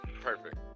perfect